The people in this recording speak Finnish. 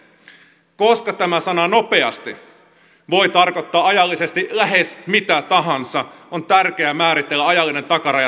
koska tämä sana nopeasti voi tarkoittaa ajallisesti lähes mitä tahansa on tärkeä määritellä ajallinen takaraja tälle päätökselle